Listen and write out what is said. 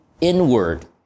inward